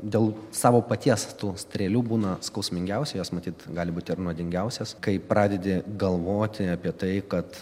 dėl savo paties tų strėlių būna skausmingiausia jos matyt gali būti ir nuodingiausios kai pradedi galvoti apie tai kad